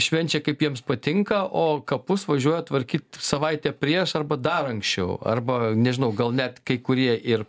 švenčia kaip jiems patinka o kapus važiuoja tvarkyt savaitę prieš arba dar anksčiau arba nežinau gal net kai kurie ir